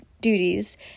duties